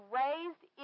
raised